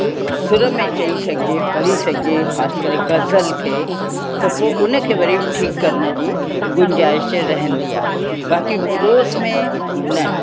सुर में चई सघिजे पढ़ी सघिजे ख़ासि करे ग़ज़ल खे त पोइ उन खे वरी भी ठीकु करण जी गुंजाइश रहंदी आहे बाक़ी प्रोज़ में न